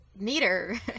neater